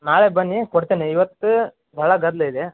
ನಾಳೆ ಬನ್ನಿ ಕೊಡ್ತೇನೆ ಇವತ್ತು ಬಹಳ ಗದ್ದಲ ಇದೆ